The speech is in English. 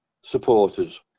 supporters